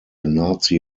nazi